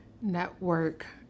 network